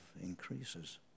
increases